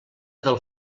del